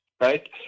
right